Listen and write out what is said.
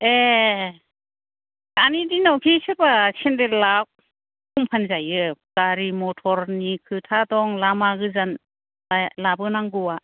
ए दानि दिनावखि सोरबा सेनदेल आ खम फानजायो गारि मथर नि खोथा दं लामा गोजान लाबोनांगौआ